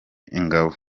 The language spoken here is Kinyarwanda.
ingabo